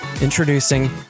Introducing